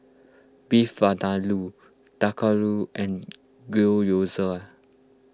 Beef Vindaloo Dhokla and Gyoza